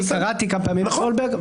קראתי כמה פעמים את סולברג,